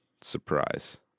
Surprise